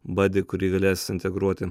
badį kurį galės integruoti